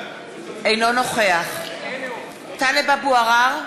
אינו נוכח טלב אבו עראר,